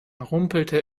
rumpelte